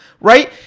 right